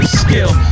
skill